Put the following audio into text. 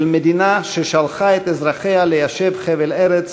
של מדינה ששלחה את אזרחיה ליישב חבל-ארץ